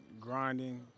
grinding